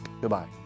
Goodbye